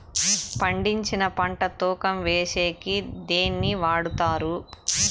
పండించిన పంట తూకం వేసేకి దేన్ని వాడతారు?